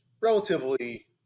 relatively